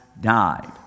died